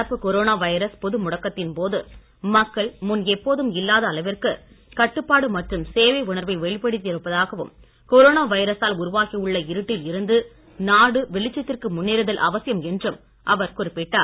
நடப்பு corona virus பொது முடக்கத்தின் போது மக்கள் முன் எப்போதும் இல்லாத அளவிற்கு கட்டுப்பாடு மற்றும் சேவை உணர்வை வெளிப்படுத்தி இருப்பதாகவும் கொரோனா வைரசால் உருவாகி உள்ள இருட்டில் இருந்து நாடு வெளிச்சத்திற்கு முன்னேறுதல் அவசியம் என்றும் அவர் குறிப்பிட்டார்